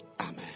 Amen